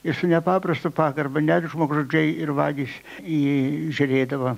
ir su nepaprasta pagarba net žmogžudžiai ir vagys į jį žiūrėdavo